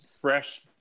fresh